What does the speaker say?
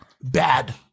Bad